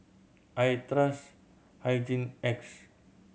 I trust Hygin X